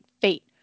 fate